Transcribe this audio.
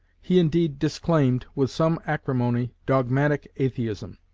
he indeed disclaimed, with some acrimony, dogmatic atheism,